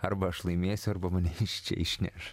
arba aš laimėsiu arba mane iš čia išneš